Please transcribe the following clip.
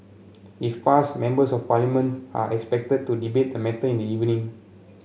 if passed Members of Parliament are expected to debate the matter in the evening